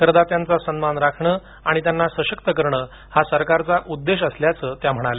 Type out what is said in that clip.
करदात्यांचा सन्मान राखणं आणि त्यांना सशक्त करणं हा सरकारचा उद्देश आहे असं त्या म्हणाल्या